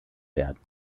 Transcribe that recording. werden